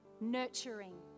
nurturing